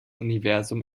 universum